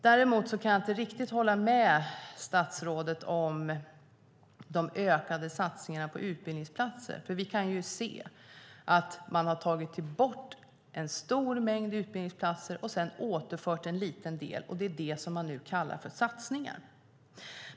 Däremot kan jag inte riktigt hålla med statsrådet om de ökade satsningarna på utbildningsplatser, för vi kan ju se att man har tagit bort en stor mängd utbildningsplatser och sedan återfört en liten del. Det är det som man nu kallar för satsningar.